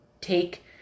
take